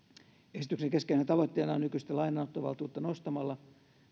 esityksen keskeisenä tavoitteena on nykyistä lainanottovaltuutta nostamalla